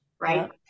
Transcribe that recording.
right